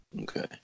Okay